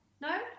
no